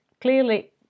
clearly